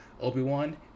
Obi-Wan